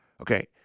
Okay